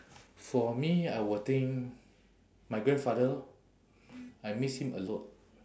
for me I will think my grandfather I miss him a lot